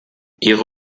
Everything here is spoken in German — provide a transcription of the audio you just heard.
ihre